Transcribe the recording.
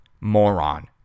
moron